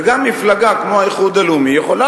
וגם מפלגה כמו האיחוד הלאומי יכולה